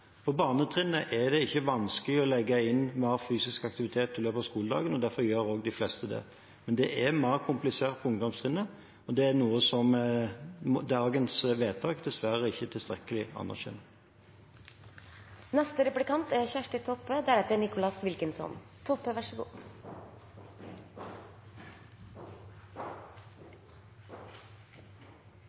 På barnetrinnet er det ikke vanskelig å legge inn mer fysisk aktivitet i løpet av skoledagen, og derfor gjør også de fleste det, men det er mer komplisert på ungdomstrinnet, og det er noe som dagens vedtak dessverre ikke tilstrekkelig